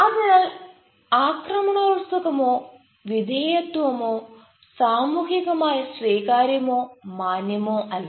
അതിനാൽ ആക്രമണോത്സുകമോ വിധേയത്വമോ സാമൂഹികമായി സ്വീകാര്യമോ മാന്യമോ അല്ല